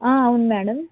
అవును మ్యాడమ్